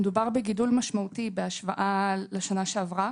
מדובר בגידול משמעותי בהשוואה לשנה שעברה